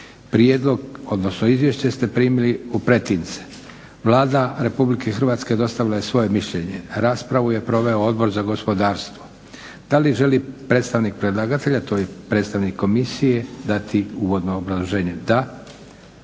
Prijedlog, odnosno izvješće ste primili u pretince. Vlada Republike Hrvatske dostavila je svoje mišljenje. Raspravu je proveo Odbor za gospodarstvo. Da li želi predstavnik predlagatelja, to je i predstavnik komisije, dati uvodno obrazloženje? Da.